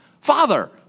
Father